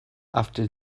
after